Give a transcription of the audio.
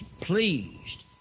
pleased